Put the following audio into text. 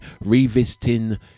revisiting